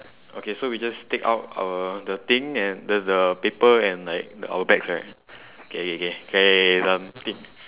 okay so we just take out our the thing and th~ the paper and like the our bags right okay okay okay done